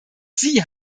sie